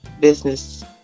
business